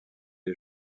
est